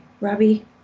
Robbie